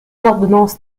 ordonnances